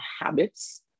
habits